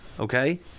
Okay